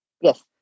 Yes